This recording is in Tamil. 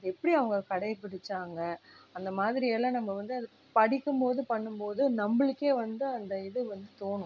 அது எப்படி அவங்க கடைப்பிடித்தாங்க அந்த மாதிரி எல்லாம் நம்ம வந்து அது படிக்கும்போது பண்ணும் போது நம்பளுக்கே வந்து அந்த இது வந்து தோணும்